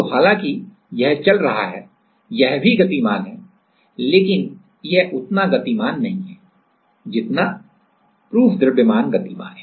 तो हालांकि यह चल रहा है यह भी गतिमान है लेकिन यह उतना गतिमान नहीं है जितना प्रूफ द्रव्यमान गतिमान है